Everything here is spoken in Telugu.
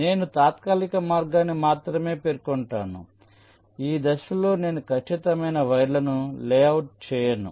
నేను తాత్కాలిక మార్గాన్ని మాత్రమే పేర్కొంటాను ఈ దశలో నేను ఖచ్చితమైన వైర్లను లేఅవుట్ చేయను